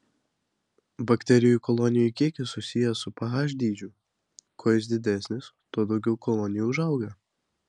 bakterijų kolonijų kiekis susijęs su ph dydžiu kuo jis didesnis tuo daugiau kolonijų užauga